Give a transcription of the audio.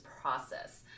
process